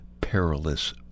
perilous